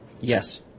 Yes